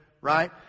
right